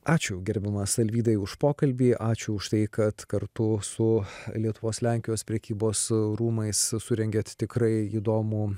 ačiū gerbiamas alvydai už pokalbį ačiū už tai kad kartu su lietuvos lenkijos prekybos rūmais surengėt tikrai įdomų